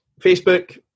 Facebook